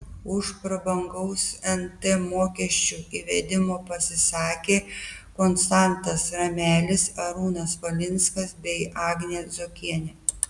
už prabangaus nt mokesčio įvedimą pasisakė konstantas ramelis arūnas valinskas bei agnė zuokienė